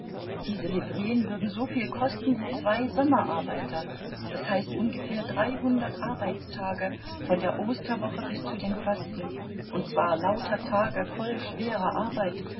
diese livreen würden soviel kosten wie zwei sommerarbeiter das heißt ungefähr dreihundert arbeitstage von der osterwoche bis zu den fasten und zwar lauter tage voll schwerer arbeit